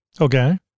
Okay